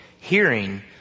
hearing